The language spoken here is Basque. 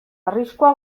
arriskua